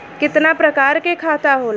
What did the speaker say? कितना प्रकार के खाता होला?